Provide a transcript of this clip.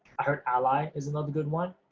i heard ally is another good one,